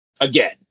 again